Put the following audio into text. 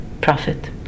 Prophet